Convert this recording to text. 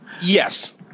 yes